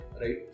right